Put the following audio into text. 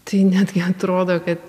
tai netgi atrodo kad